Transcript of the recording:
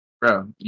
Bro